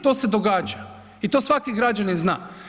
To se događa i to svaki građanin zna.